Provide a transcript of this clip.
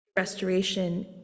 restoration